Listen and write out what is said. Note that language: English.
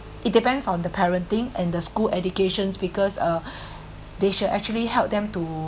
it depends on the parenting and the school education because uh they should actually help them to